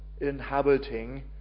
inhabiting